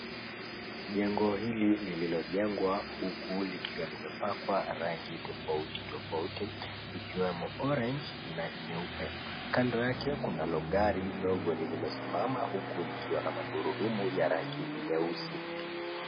Jengo hili lililojengwa huku likiwa limepakwa rangi tofauti tofauti ikiwemo orange na nyeupe. Kando yake kunalo gari dogo lililosimama huku likiwa na magurudumu ya rangi nyeusi.